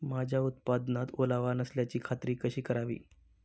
माझ्या उत्पादनात ओलावा नसल्याची खात्री कशी करावी?